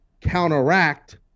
counteract